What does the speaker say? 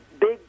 big